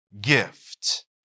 gift